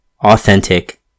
authentic